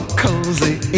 cozy